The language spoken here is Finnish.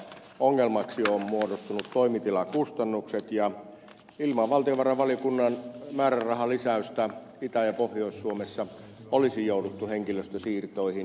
ongelmaksi ovat muodostuneet toimitilakustannukset ja ilman valtiovarainvaliokunnan määrärahalisäystä itä ja pohjois suomessa olisi jouduttu henkilöstösiirtoihin